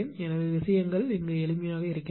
எனவே விஷயங்கள் எளிமையானவை